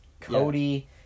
Cody